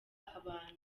abantu